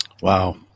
Wow